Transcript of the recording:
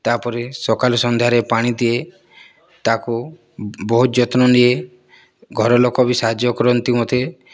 ତା'ପରେ ସକାଳୁ ସନ୍ଧ୍ୟାରେ ପାଣି ଦିଏ ତାକୁ ବହୁତ ଯତ୍ନ ନିଏ ଘରଲୋକ ବି ସାହାଯ୍ୟ କରନ୍ତି ମୋତେ